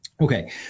Okay